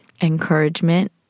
encouragement